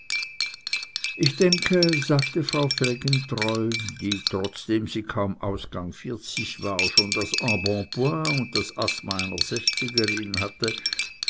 ich denke sagte frau felgentreu die trotzdem sie kaum ausgangs vierzig war schon das embonpoint und das asthma einer sechzigerin hatte